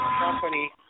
company